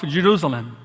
Jerusalem